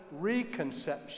reconception